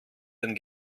den